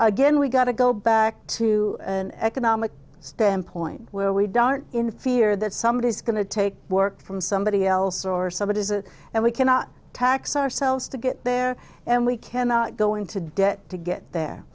again we got to go back to an economic standpoint where we don't in fear that somebody is going to take work from somebody else or somebody is a and we cannot tax ourselves to get there and we cannot go into debt to get there